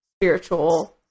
spiritual